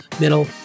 middle